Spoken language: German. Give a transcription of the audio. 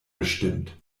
bestimmt